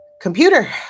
computer